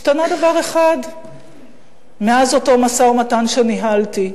השתנה דבר אחד מאז אותו משא-ומתן שניהלתי,